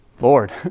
Lord